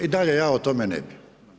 I dalje ja o tome ne bih.